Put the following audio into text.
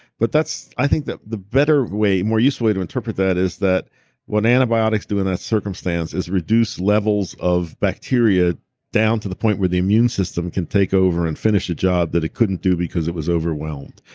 but that's, i think that the better way, more useful way to interpret that is that what antibiotics do in that circumstance is reduce levels of bacteria down to the point where the immune system can take over and finish a job that it couldn't do because it was overwhelmed.